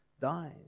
dies